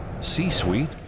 C-suite